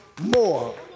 more